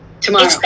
Tomorrow